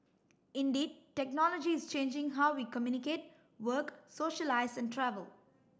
indeed technology is changing how we communicate work socialise and travel